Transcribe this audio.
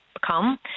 become